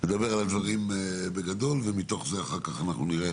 לדבר על הדברים בגדול ומתוך זה אחר כך אנחנו נראה